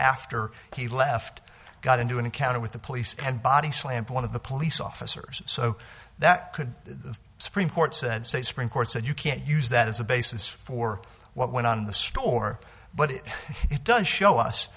after he left got into an encounter with the police and body slammed to one of the police officers so that could the supreme court said state supreme court said you can't use that as a basis for what went on in the store but it does show us